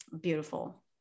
beautiful